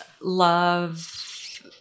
love